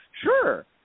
sure